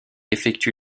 effectue